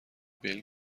بیل